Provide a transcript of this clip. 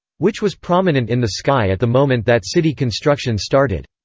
which was prominent in the sky at the moment that city construction started.